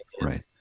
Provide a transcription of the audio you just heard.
right